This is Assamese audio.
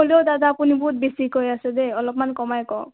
হ'লেও দাদা আপুনি বহুত বেছি কৈ আছে দে অলপমান কমাই কওক